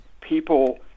people